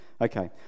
Okay